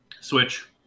Switch